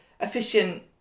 efficient